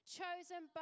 chosen